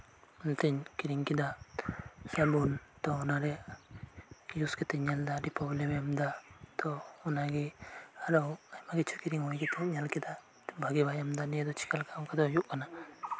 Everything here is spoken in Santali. ᱱᱤᱛᱤᱧ ᱠᱤᱨᱤᱧ ᱠᱮᱫᱟ ᱥᱟᱵᱟᱱ ᱛᱚ ᱚᱱᱟᱨᱮ ᱤᱭᱩᱥ ᱠᱟᱛᱮᱧ ᱧᱮᱞ ᱠᱮᱫᱟ ᱟᱹᱰᱤ ᱯᱚᱵᱞᱮᱢ ᱮ ᱮᱢᱫᱟ ᱛᱚ ᱚᱱᱟᱜᱮ ᱟᱨᱦᱚ ᱟᱭᱢᱟ ᱠᱤᱪᱷᱩ ᱠᱤᱨᱤᱧ ᱦᱩᱭ ᱠᱟᱛᱮᱧ ᱧᱮᱞ ᱠᱮᱫᱟ ᱵᱷᱟᱜᱮ ᱵᱟᱭ ᱮᱢ ᱮᱫᱟ ᱱᱤᱭᱟᱹᱫᱚ ᱪᱤᱠᱟᱹᱞᱮᱠᱟ ᱚᱱᱠᱟᱫᱚ ᱦᱩᱭᱩᱜ ᱠᱟᱱᱟ